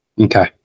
Okay